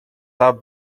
have